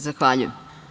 Zahvaljujem.